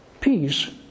peace